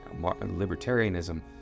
libertarianism